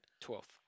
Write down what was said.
Twelfth